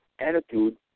attitude